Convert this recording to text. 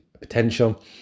potential